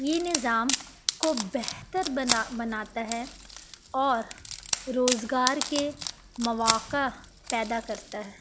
یہ نظام کو بہتر بنا بناتا ہے اور روزگار کے مواقع پیدا کرتا ہے